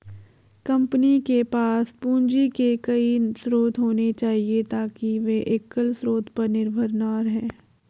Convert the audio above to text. company के पास पूंजी के कई स्रोत होने चाहिए ताकि वे एकल स्रोत पर निर्भर न रहें